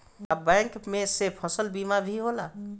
का बैंक में से फसल बीमा भी होला?